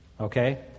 Okay